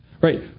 Right